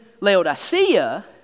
Laodicea